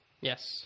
yes